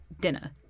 Dinner